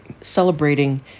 celebrating